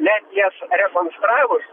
netgi jas rekonstravus